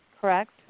correct